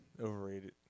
overrated